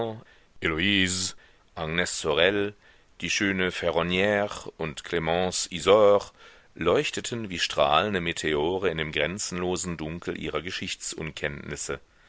die schöne ferronnire und clemence isaure leuchteten wie strahlende meteore in dem grenzenlosen dunkel ihrer